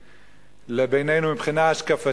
לבינינו מבחינה השקפתית.